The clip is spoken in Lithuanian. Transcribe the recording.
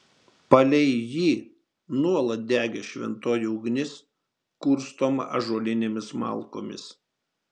palei jį nuolat degė šventoji ugnis kurstoma ąžuolinėmis malkomis